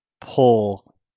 pull